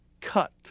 cut